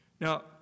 Now